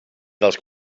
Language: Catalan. dels